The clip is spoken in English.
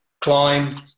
climb